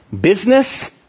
Business